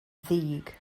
ddig